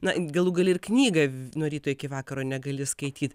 na galų gale ir knygą nuo ryto iki vakaro negali skaityt